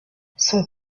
son